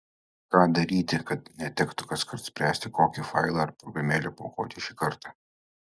ką daryti kad netektų kaskart spręsti kokį failą ar programėlę paaukoti šį kartą